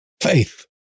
Faith